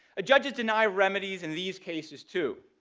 a judge has denied remedies in these cases too.